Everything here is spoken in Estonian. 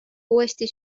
uuesti